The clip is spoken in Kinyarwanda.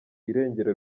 irengero